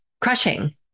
crushing